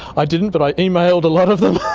i didn't, but i emailed a lot of them,